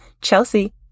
Chelsea